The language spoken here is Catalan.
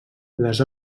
les